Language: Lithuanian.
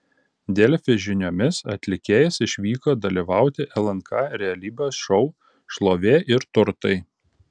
delfi žiniomis atlikėjas išvyko dalyvauti lnk realybės šou šlovė ir turtai